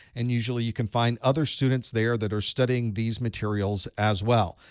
and, usually, you can find other students there that are studying these materials as well.